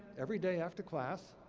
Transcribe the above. every day after class,